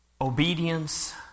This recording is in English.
obedience